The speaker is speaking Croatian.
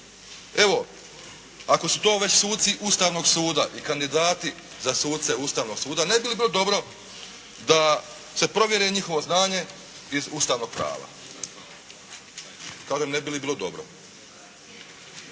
Evo, ako su to već suci Ustavnog suda i kandidati za suce Ustavnog suda, ne bi li bilo dobro da se provjeri njihovo znanje iz ustavnog prava. Kažem, ne bi li bilo dobro.